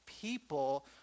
people